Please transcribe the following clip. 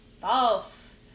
False